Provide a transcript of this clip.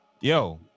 yo